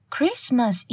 Christmas